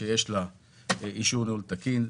שהוא למעשה ירדני שפועל נגד האינטרסים של מדינת ישראל.